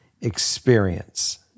experience